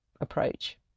approach